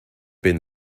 been